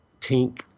Tink